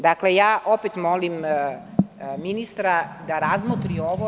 Dakle, opet molim ministra da razmotri ovo.